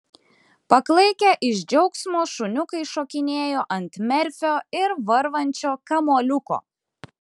paklaikę iš džiaugsmo šuniukai šokinėjo ant merfio ir varvančio kamuoliuko